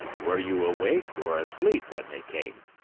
were you awake or asleep when they came?